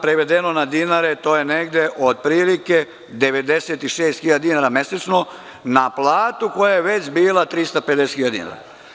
Prevedeno na dinare to je negde otprilike 96.000 dinara mesečno na platu koja je već bila 350.000 dinara.